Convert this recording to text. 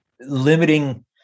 Limiting